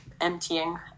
emptying